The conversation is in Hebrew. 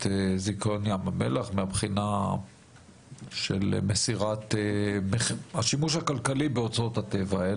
זיכיון ים המלח מהבחינה של השימוש הכלכלי באוצרות הטבע.